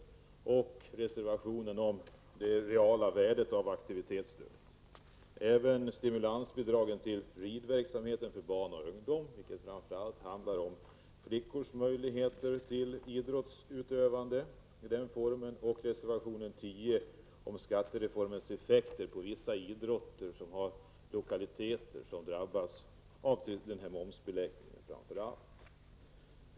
Dessutom finns en reservation om det reala värdet av aktivitetsstödet. Vi stöder även stimulansbidraget till ridverksamheten för barn och ungdom, vilket framför allt handlar om flickors möjligheter till idrottsutövande. Reservation 10 rör skattereformens effekter för idrottsföreningar vars lokaler framför allt drabbas av momsbeläggningen.